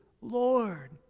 Lord